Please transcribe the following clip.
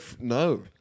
no